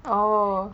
oh